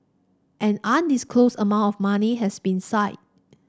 an undisclosed amount of money has been seized